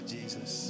Jesus